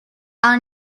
are